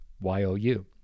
Y-O-U